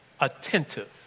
Attentive